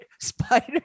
spider